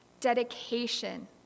dedication